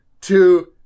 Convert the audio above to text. two